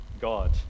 God